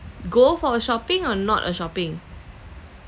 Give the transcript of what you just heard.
go for a shopping or not a shopping